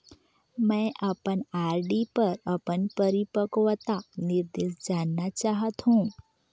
मैं अपन आर.डी पर अपन परिपक्वता निर्देश जानना चाहत हों